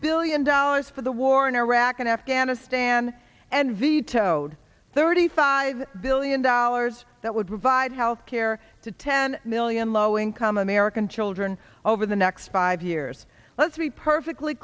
billion dollars for the war in iraq and afghanistan and vetoed thirty five billion dollars that would provide health care to ten million low income american children over the next five years let's be perfectly